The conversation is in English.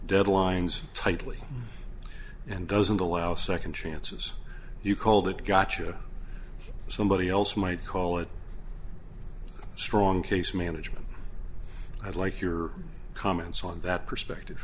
deadlines tightly and doesn't allow second chances you called it gotcha somebody else might call it strong case management i'd like your comments on that perspective